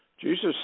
Jesus